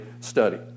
study